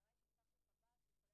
סטטיסטיקה בעולם מראה שמי שסובלים